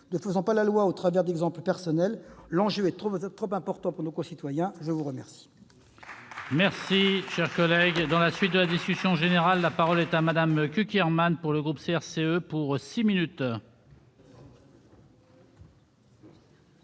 ne faisons pas la loi au travers d'exemples personnels : l'enjeu est trop important pour nos concitoyens. La parole